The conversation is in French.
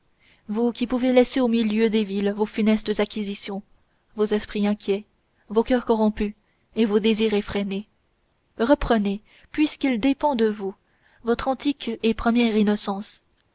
vous qui pouvez laisser au milieu des villes vos funestes acquisitions vos esprits inquiets vos cœurs corrompus et vos désirs effrénés reprenez puisqu'il dépend de vous votre antique et première innocence